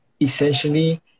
essentially